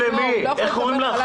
איך קוראים לך?